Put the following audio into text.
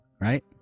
right